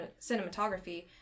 cinematography